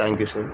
thank you sir